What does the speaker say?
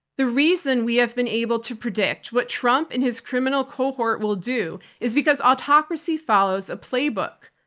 the reason we have been able to predict what trump and his criminal cohort will do is because autocracy follows a playbook.